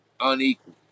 unequal